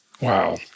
Wow